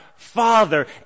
father